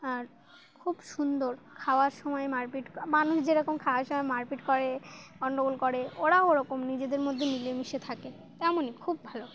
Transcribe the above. আর খুব সুন্দর খাওয়ার সময় মারপিট মানুষ যেরকম খাওয়ার সময় মারপিট করে গণ্ডগোল করে ওরাও ওরকম নিজেদের মধ্যে মিলেমিশে থাকে তেমনই খুব ভালো